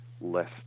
less